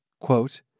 quote